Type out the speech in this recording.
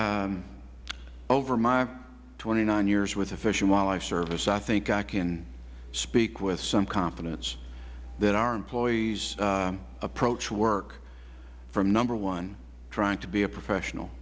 hall over my twenty nine years with the fish and wildlife service i think i can speak with some confidence that our employees approach work from number one trying to be a professional